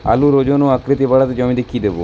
আলুর ওজন ও আকৃতি বাড়াতে জমিতে কি দেবো?